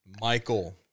Michael